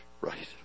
Right